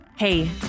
Hey